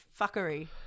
fuckery